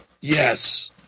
Yes